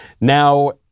Now